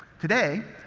today,